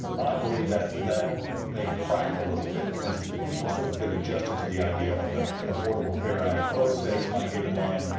i believe that that may crack a little bit as people sort of get adjusted to the idea of the affordable care act. both states might get in line,